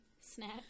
snack